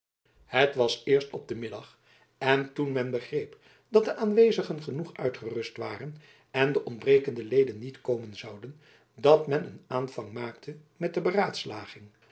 het was eerst op den middag en toen men begreep dat de aanwezigen genoeg uitgerust waren en de ontbrekende leden niet komen zouden dat men een aanvang maakte met de beraadslaging